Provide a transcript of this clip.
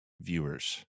viewers